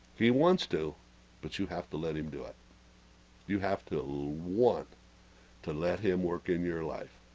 he wants to but you have to let him do it you have to want to let him work in your life